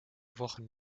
wochen